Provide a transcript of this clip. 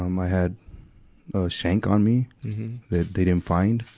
um i had a shank on me that they didn't find.